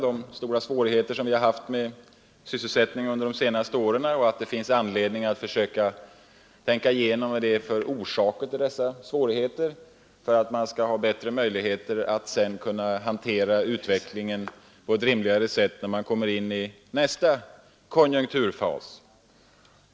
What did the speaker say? De stora svårigheter som vi har haft med sysselsättningen under de senaste åren är väl kända, och det finns anledning att försöka tänka igenom deras orsaker för att få bättre möjligheter att hantera utvecklingen på ett rimligare sätt när man kommer in i nästa konjunkturfas.